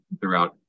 throughout